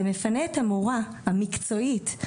זה מפנה את המורה המקצועית שזו ההתמחות שלה.